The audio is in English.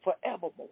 forevermore